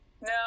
No